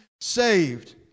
saved